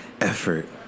effort